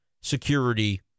security